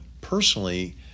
personally